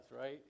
right